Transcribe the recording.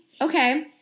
Okay